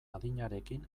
adinarekin